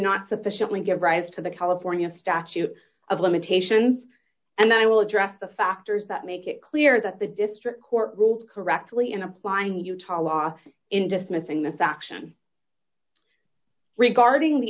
not sufficiently give rise to the california statute of limitations and then i will address the factors that make it clear that the district court ruled correctly in applying the utah law in dismissing this action regarding the